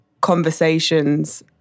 conversations